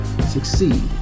succeed